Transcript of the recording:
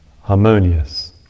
harmonious